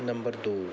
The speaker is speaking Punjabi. ਨੰਬਰ ਦੋ